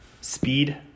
speed